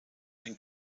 ein